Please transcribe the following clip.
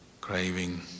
craving